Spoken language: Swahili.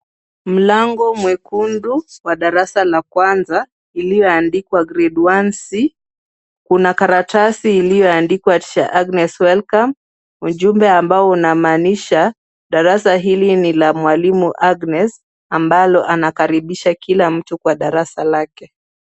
Mlango mwekundu wa darasa la kwanza iliyoandikwa Grade 1C.Kuna karatasi iliyoandikwa Tr Agnes welcome , ujumbe ambao unamaanisha kwamba darasa hili ni la mwalimu Agnes, ambalo anakaribisha kila mtu kwa darasa lake.